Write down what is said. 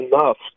enough